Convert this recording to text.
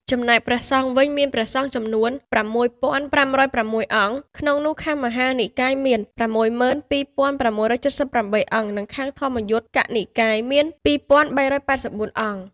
ចំណែក ព្រះសង្ឃវិញ មានព្រះសង្ឃចំនួន ៦៥០៦ អង្គ ក្នុងនោះខាងមហានិកាយ មាន ៦២៦៧៨ អង្គ និងខាងធម្មយុត្តិកនិកាយមាន ២៣៨៤ អង្គ។